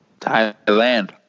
Thailand